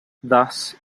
thus